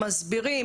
מסבירים,